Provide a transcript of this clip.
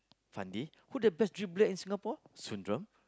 Fandi who's the best dribbler in Singapore Sundram